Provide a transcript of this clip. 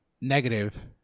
Negative